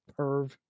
perv